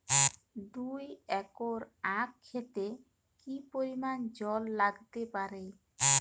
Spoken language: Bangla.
দুই একর আক ক্ষেতে কি পরিমান জল লাগতে পারে?